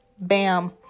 Bam